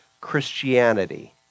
Christianity